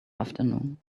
afternoon